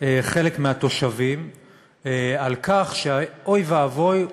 חלק מהתושבים מכך שאוי ואבוי,